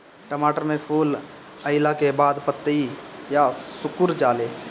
टमाटर में फूल अईला के बाद पतईया सुकुर जाले?